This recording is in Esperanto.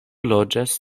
loĝas